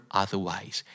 otherwise